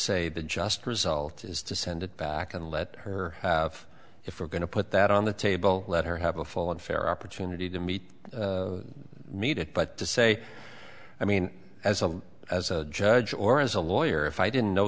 say the just result is to send it back and let her have if we're going to put that on the table let her have a full and fair opportunity to meet media but to say i mean as a as a judge or as a lawyer if i didn't know